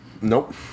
Nope